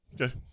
Okay